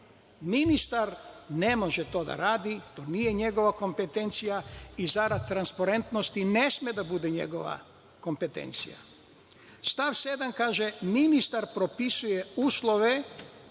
člana. Ministar ne može to da radi. To nije njegova kompetencija i zarad transparentnosti ne sme da bude njegova kompetencija. Stav 7. kaže – ministar propisuje uslove,